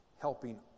helping